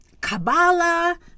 Kabbalah